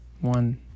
One